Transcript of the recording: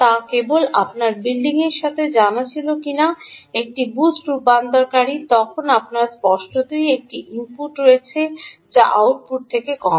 তা কেবল আপনার বিল্ডিংয়ের সাথে জানা ছিল কিনা একটি বুস্ট রূপান্তরকারী তখন আপনার স্পষ্টতই একটি ইনপুট রয়েছে যা আউটপুট থেকে কম